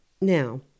now